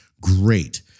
Great